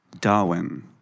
Darwin